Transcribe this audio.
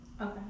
Okay